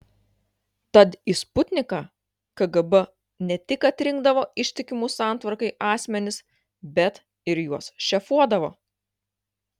tad į sputniką kgb ne tik atrinkdavo ištikimus santvarkai asmenis bet ir juos šefuodavo